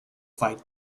fight